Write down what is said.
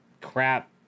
crap